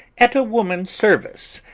at a woman's service,